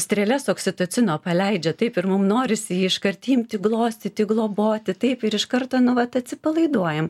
strėles oksitocino paleidžia taip ir mum norisi jį iškart imti glostyti globoti taip ir iš karto nu vat atsipalaiduojam